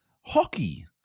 hockey